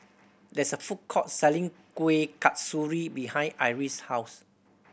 there's a food court selling Kueh Kasturi behind Iris' house